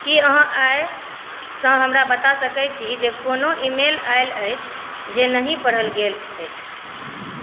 की अहाँ आइसँ हमरा बता सकै छी जे कोनो ईमेल आएल अछि जे नहि पढ़ल गेल अछि